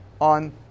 on